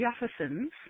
Jefferson's